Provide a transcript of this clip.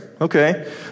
Okay